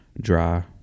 dry